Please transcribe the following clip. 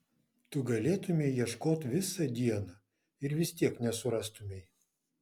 tu galėtumei ieškot visą dieną ir vis tiek nesurastumei